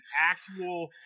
actual